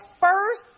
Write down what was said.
first